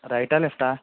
రైటా లెఫ్టా